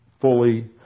fully